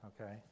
okay